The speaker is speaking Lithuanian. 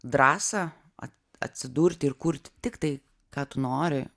drąsą atsidurti ir kurti tiktai ką tu nori